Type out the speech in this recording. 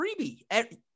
freebie